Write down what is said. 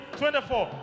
24